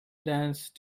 dance